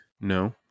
no